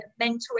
mentoring